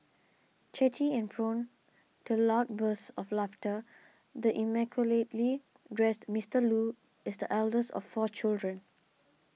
chatty and prone to loud bursts of laughter the immaculately dressed Mister Loo is the eldest of four children